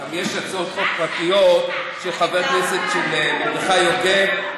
יש הצעות חוק פרטיות של חבר הכנסת מרדכי יוגב,